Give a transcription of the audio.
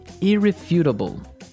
Irrefutable